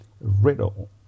riddle